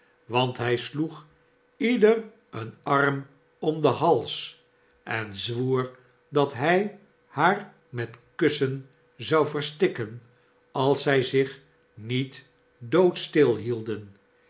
want hij sloeg ieder een arm om den hals en zwoer dat hij haar met kussen zou verstikken als zij zich niet doodstil